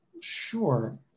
Sure